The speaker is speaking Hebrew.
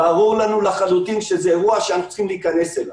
ברור לנו לחלוטין שזה אירוע שאנחנו צריכים להיכנס אליו.